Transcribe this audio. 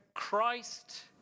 Christ